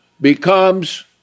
becomes